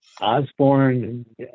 Osborne